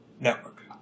network